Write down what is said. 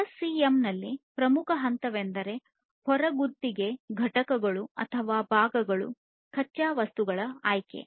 SCM ನಲ್ಲಿ ಪ್ರಮುಖ ಹಂತವೆಂದರೆ ಹೊರಗುತ್ತಿಗೆ ಘಟಕಗಳು ಅಥವಾ ಭಾಗಗಳು ಕಚ್ಚಾ ವಸ್ತುಗಳ ಆಯ್ಕೆ